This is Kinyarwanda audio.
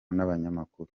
n’abanyamakuru